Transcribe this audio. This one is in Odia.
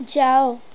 ଯାଅ